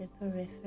periphery